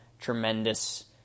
tremendous